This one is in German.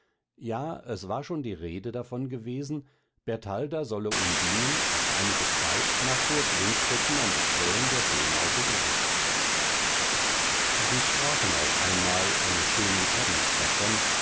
ja es war schon die rede davon gewesen bertalda solle undinen auf einige zeit nach burg ringstetten an die quellen der donau begleiten sie sprachen auch einmal eines schönen abends davon